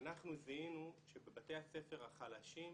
אנחנו זיהינו שבבתי הספר החלשים,